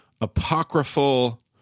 apocryphal